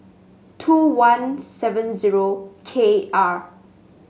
two one seven zero K R